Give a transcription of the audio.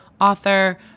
author